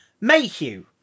Mayhew